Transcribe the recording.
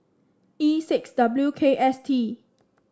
E six W K S T